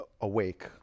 awake